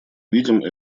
видим